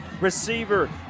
Receiver